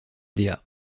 dea